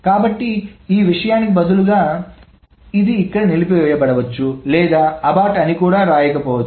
కాబట్టి ఈ విషయానికి బదులుగా ఇది ఇక్కడ నిలిపివేయబడవచ్చు లేదా అబార్ట్ అని కూడా వ్రాయకపోవచ్చు